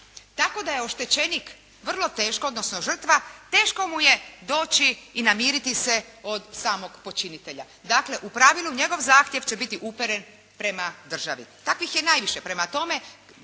tako da je oštećenik vrlo teško, odnosno žrtva teško mu je doći i namiriti se od počinitelja. Dakle, u pravilu njegov zahtjev će biti uperen prema državi. Takvih je najviše, prema tome